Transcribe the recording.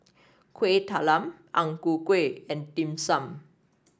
Kuih Talam Ang Ku Kueh and Dim Sum